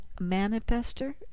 manifester